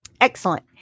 Excellent